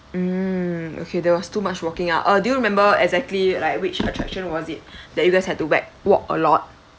mm okay there was too much walking out uh do you remember exactly like which attraction was it that you guys had to whack walk a lot